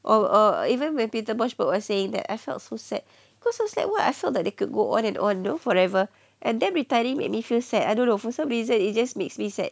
or or even when peter bush was saying I felt so sad cause I was like what I felt that they could go on and on no forever and then retiring make me feel sad I don't know for some reason it just makes me sad